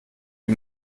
wie